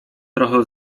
trochę